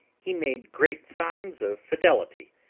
he made great signs of fidelity,